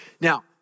Now